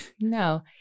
no